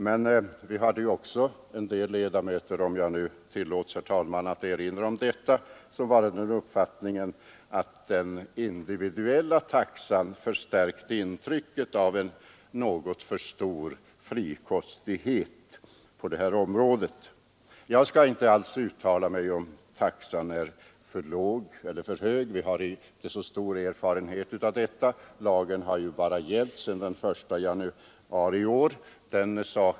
Men en del ledamöter var också — om jag, herr talman, tillåts erinra om det — av den uppfattningen att den individuella taxan förstärkte intrycket av en något för stor frikostighet på det här området. Jag skall inte alls uttala mig om huruvida taxan är för låg eller för hög. Vi har inte så stor erfarenhet därav, eftersom den endast har gällt sedan den 1 januari i år.